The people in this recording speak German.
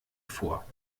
vor